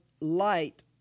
light